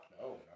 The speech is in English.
No